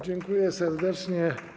Dziękuję serdecznie.